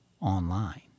online